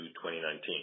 2019